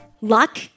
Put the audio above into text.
Luck